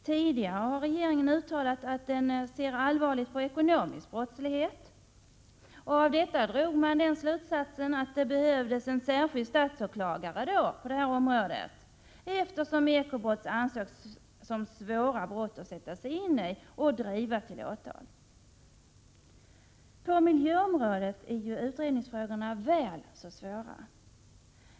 Tidigare har regeringen uttalat att den ser allvarligt på ekonomisk brottslighet. Av detta drog man slutsatsen att det behövdes en särskild statsåklagare på området, eftersom ekobrott ansågs vara svåra att sätta sig in i och att driva till åtal. På miljöområdet är utredningsfrågorna väl så svåra.